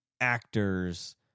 actors